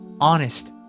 Honest